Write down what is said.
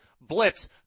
blitz